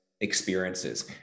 experiences